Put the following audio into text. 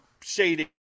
shading